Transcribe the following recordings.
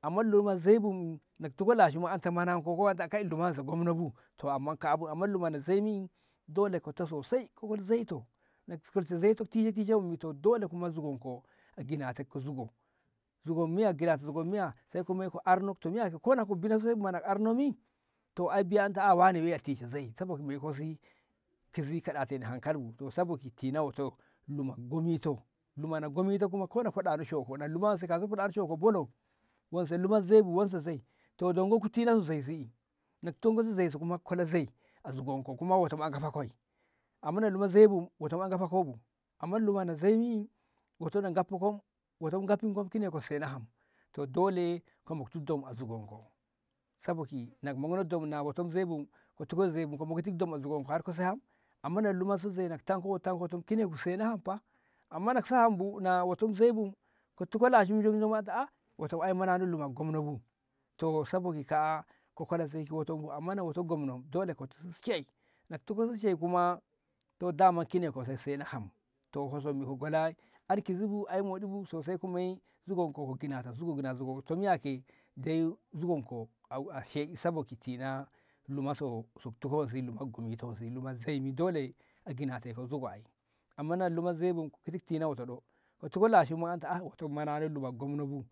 amma luma zai bu ka tuko lashim anta ka manatko ko anta woi luma gomno bu to amman kaa'a bu to amman luma na zai mi dole ka tuko sosai ka koli zaito dole kuma a ginate ko zugo zugon miya sai ka kola arnotto ta arno mi to biya anshe ta ta waneye a kola zai sabo ki si kizi kaɗateni hankali bu to sabo ki tina wo'oto luma gomito luma na gomito kuma ko kauso hoɗano shoko bolo wonse lumani zai bu wonso lumani zai to dongo ku tina ki so zoi naku tina ki so zoi kuma zugon ku a ramtano amma na luma zoi bu wo'oto ma a gafa koi bu amma na luma zoimi wo'oto gafiko wo'oto na gafiko to dole ka sena ham to dole ka moktu dom azugon ko sabo ki na ka mokno dom na wo'oton zoi bu ka mokti dom a zugonko har ka sai ham amma na wo'oto zoi ka tine ka tine har ka sena ham fa amma na ka sa ham bu na wo'oton zoi bu fa ka tiko lashim jomjommi ka ta a wo'oto manano luma gomno bu to sabo ki ka ka kola zoi ki wo'oto bu amma na wo'oto gomno dole ka tishi shai na ka tiko shai kuma dole daman kine ko saina ham to sommi ka gola an kizi bu an moɗi bu zugon ko ka gina te zugonko zugon ko kuma dai a she'i zugonko to sabo ki so tina wonsi luma gomito zoimi dole a ginate ko zugo ai amma na luma zai bu ka giti tina wo'oto ɗo ka tiko la shimma ka anta manano to luma gomno bu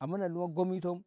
amma luma na gomito.